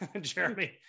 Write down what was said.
jeremy